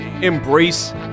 embrace